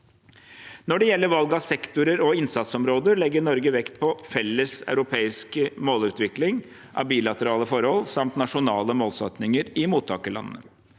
Når det gjelder valg av sektorer og innsatsområder, legger Norge vekt på felles europeisk målutvikling av bilaterale forhold samt nasjonale målsettinger i mottakerlandene.